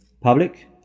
public